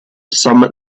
some